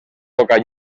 boca